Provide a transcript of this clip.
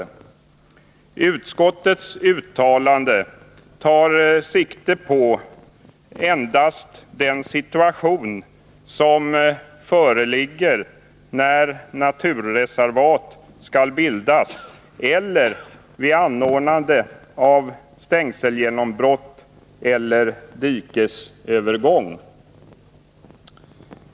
Utskottets uttalande tar sikte endast på den situation som föreligger när naturreservat skall bildas eller vid ordnande av stängselgenombrott eller dikesövergång.